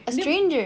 a stranger